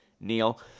Neil